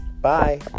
Bye